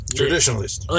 traditionalist